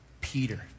Peter